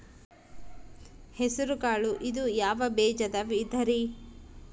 ಹೆಸರುಕಾಳು ಇದು ಯಾವ ಬೇಜದ ವಿಧರಿ?